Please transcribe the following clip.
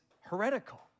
heretical